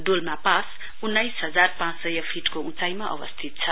Dolma pass उन्नाइस हजार पाँच सय फीटको ऊचाईमा अवस्थित छ